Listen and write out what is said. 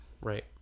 Right